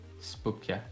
spooky